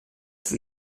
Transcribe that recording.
für